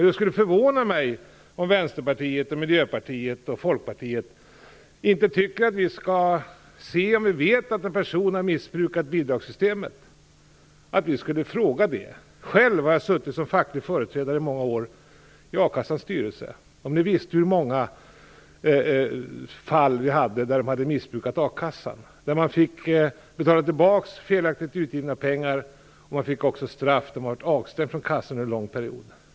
Det skulle förvåna mig om Vänsterpartiet, Miljöpartiet och Folkpartiet inte tycker att vi skall ifrågasätta detta om vi vet att en person har missbrukat bidragssystemet. Jag har själv suttit som facklig företrädare i akassans styrelse i många år. Om ni visste hur många fall vi hade där man hade missbrukat a-kassan. Då fick man betala tillbaks felaktigt utgivna pengar. Man fick också straff där man blev avstängd från kassan under en lång period.